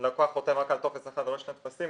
הלקוח חותם רק על טופס אחד ולא על שני טפסים.